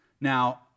Now